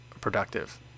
productive